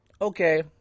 okay